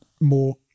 more